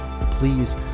please